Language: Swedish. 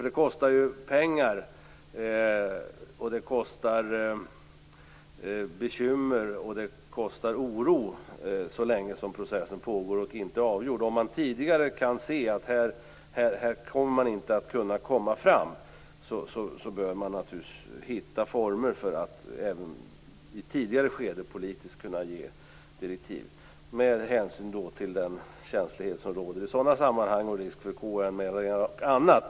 Det kostar ju såväl pengar, bekymmer och oro så länge som processen pågår och inte är avgjord. Om man på ett tidigare stadium kan se att man inte kommer att kunna nå fram, bör man naturligtvis hitta former för att politiskt kunna ge direktiv på ett tidigt skede. Man skall förstås ta hänsyn till den känslighet som finns i sådana sammanhang, liksom risk för KU-anmälningar och annat.